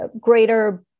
greater